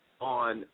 on